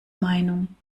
meinung